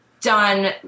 done